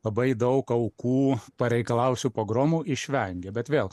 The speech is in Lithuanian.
labai daug aukų pareikalavusių pogromų išvengė bet vėl